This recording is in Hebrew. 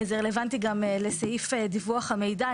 זה רלוונטי גם לסעיף דיווח המידע.